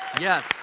Yes